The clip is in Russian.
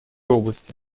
области